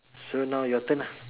so now your turn lah